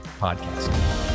podcast